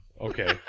Okay